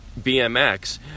BMX